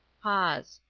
pause.